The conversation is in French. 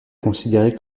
considéré